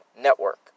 Network